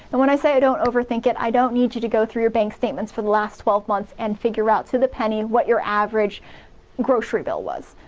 and when i say don't over-think it, i don't need you to go through your bank statements from last months and figure out to the penny what your average grocery bill was.